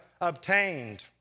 obtained